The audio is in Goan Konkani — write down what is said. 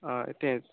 अय तेंच